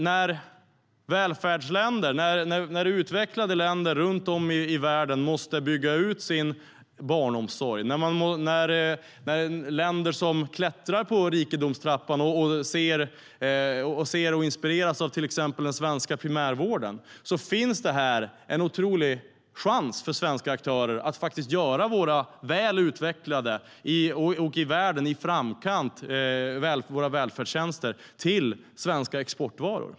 När utvecklade välfärdsländer runt om i världen måste bygga ut sin barnomsorg eller när länder som klättrar på rikedomstrappan ser och inspireras av till exempel den svenska primärvården finns det en otrolig chans för svenska aktörer att göra våra väl utvecklade välfärdstjänster, som är i framkant i världen, till svenska exportvaror.